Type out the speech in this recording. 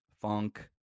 Funk